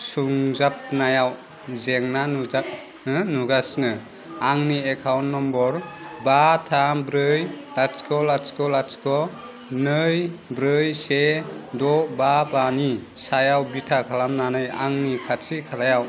सुंजाबनायाव जेंना नुजाबो नुगासिनो आंनि एकाउन्ट नम्बर बा थाम ब्रै लाथिख' लाथिख' लाथिख' नै ब्रै से द' बा बानि सायाव बिथा खालामनानै आंनि खाथि खालायाव